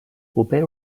opera